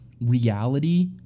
reality